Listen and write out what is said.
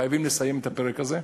חייבים לסיים את הפרק הזה.